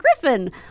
Griffin